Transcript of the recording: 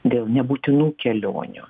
dėl nebūtinų kelionių